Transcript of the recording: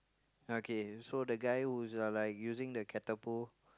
okay so the guy who's uh like using the catapult